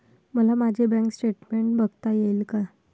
मला माझे bank statement बघता येईल का?